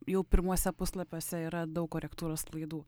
jau pirmuose puslapiuose yra daug korektūros klaidų